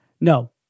no